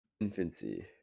infancy